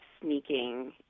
sneaking